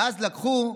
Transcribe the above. ואז לקחו,